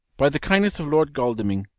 by the kindness of lord godalming,